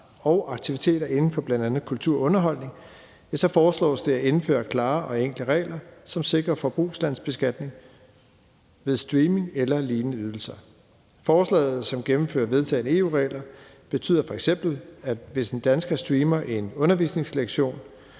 og aktiviteter inden for bl.a. kultur og underholdning, foreslås det at indføre klare og enkle regler, som sikrer forbrugslandsbeskatning ved streaming eller lignende ydelser. Forslaget, som gennemfører vedtagne EU-regler, betyder f.eks., at hvis en dansker streamer en undervisningslektion,